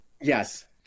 Yes